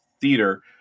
theater